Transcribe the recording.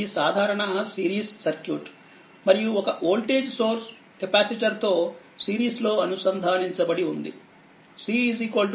ఇదిసాధారణ సిరీస్సర్క్యూట్మరియుఒకవోల్టేజ్ సోర్స్కెపాసిటర్ తో సిరీస్ లో అనుసంధానించబడి ఉంది